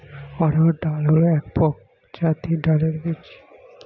অড়হর ডাল হল এক প্রজাতির ডালের বীজ